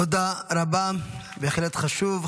תודה רבה, בהחלט חשוב.